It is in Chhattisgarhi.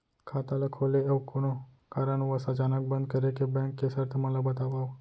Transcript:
खाता ला खोले अऊ कोनो कारनवश अचानक बंद करे के, बैंक के शर्त मन ला बतावव